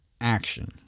action